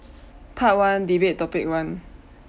part one debate topic one